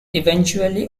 eventually